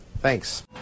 Thanks